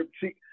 see